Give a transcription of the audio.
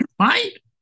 Right